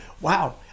wow